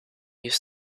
use